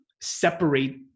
separate